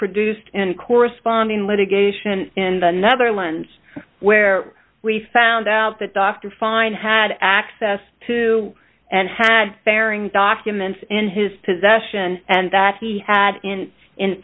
produced in corresponding litigation in the netherlands where we found out that dr fine had access to and had fairing documents in his possession and that he had in